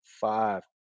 five